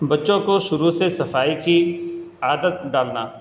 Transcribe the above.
بچوں کو شروع سے صفائی کی عادت ڈالنا